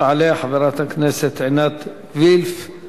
תעלה חברת הכנסת עינת וילף,